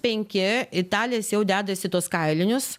penki italės jau dedasi tuos kailinius